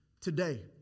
today